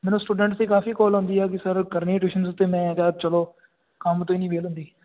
ਮੈਨੂੰ ਸਟੂਡੈਂਟਸ ਦੀ ਕਾਫੀ ਕੋਲ ਆਉਂਦੀ ਹੈ ਕਿ ਸਰ ਕਰਨੀ ਟਿਊਸ਼ਨਸ ਅਤੇ ਮੈਂ ਕਿਹਾ ਚਲੋ ਕੰਮ ਤੋਂ ਹੀ ਨਹੀਂ ਵੇਹਲ ਹੁੰਦੀ